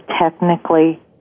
technically